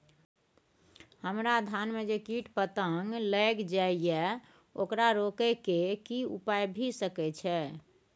हमरा धान में जे कीट पतंग लैग जाय ये ओकरा रोके के कि उपाय भी सके छै?